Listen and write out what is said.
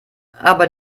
aber